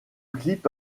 clip